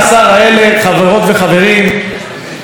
כשיקצרו מהן שליש,